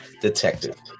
detective